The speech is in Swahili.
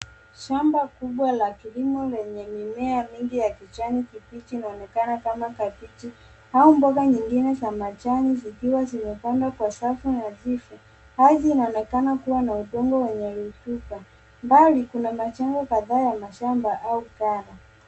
Shamba kubwa la kilimo lenye mimea mingi ya kijani kibichi inaonekana kama kabichi au mboga nyingine za majani zikiwa zimepangwa kwa safu nadhifu. Ardhi inaonekana kuwa na udongo wenye rutuba. Mbali kuna majengo kadhaa ya mashamba au ghala.